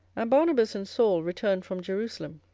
and barnabas and saul returned from jerusalem,